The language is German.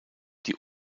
die